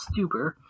Stuber